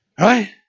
right